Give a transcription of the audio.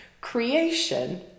creation